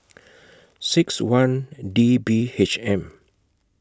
six one D B H M